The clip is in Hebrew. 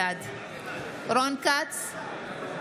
בעד רון כץ,